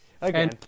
Again